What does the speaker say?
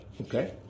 Okay